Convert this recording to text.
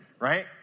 right